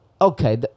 okay